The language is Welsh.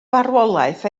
farwolaeth